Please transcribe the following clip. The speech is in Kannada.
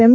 ಎಂ